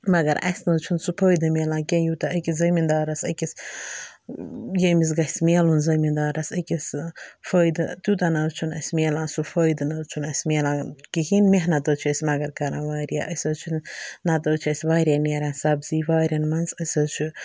مگر اسہِ نہٕ حظ چھُ سُہ فٲیِدٕ ملان کینٛہہ یوٗتاہ أکِس زمیٖندارَس أکِس ییٚمِس گَژھِ ملُن زمیٖندارَس أکِس فٲیِدٕ تِیوٗتاہ نہٕ حظ چھُنہٕ اسہِ ملان سُہ فٲیِدٕ چھُنہٕ اسہِ ملان کِہیٖنۍ مٮ۪حنَت حٕظ چھِ اسۍ مگر کَران واریاہ أسۍ حٕظ چھِنہٕ نَتہٕ حٕظ چھِ اسہِ واریاہ نیران سَبزی وارین منٛز أسۍ حٕظ چھِ